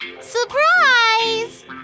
Surprise